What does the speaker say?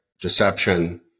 deception